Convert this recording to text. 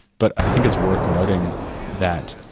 but i think it's worth noting that,